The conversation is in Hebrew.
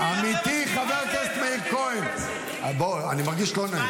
--- חבר הכנסת מאיר.